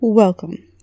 Welcome